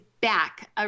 back